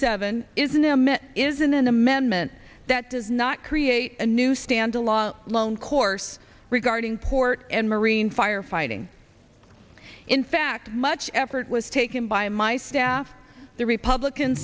seven is an m it is in an amendment that does not create a new stand a long long course regarding port and marine firefighting in fact much effort was taken by my staff the republican